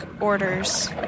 orders